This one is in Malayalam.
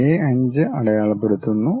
A 5 അടയാളപ്പെടുത്തുന്നു